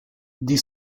die